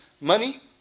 money